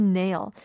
nail